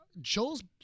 Joel's